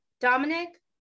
Dominic